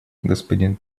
господин